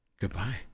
goodbye